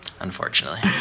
Unfortunately